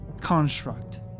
construct